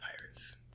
Pirates